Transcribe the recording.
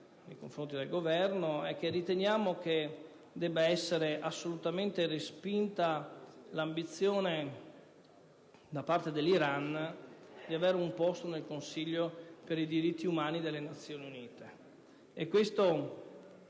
nei confronti del Governo, è che riteniamo che debba essere assolutamente respinta l'ambizione da parte dell'Iran di avere un posto nel Consiglio per i diritti umani delle Nazioni Unite.